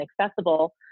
accessible